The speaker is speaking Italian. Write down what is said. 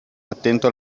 attento